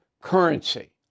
currency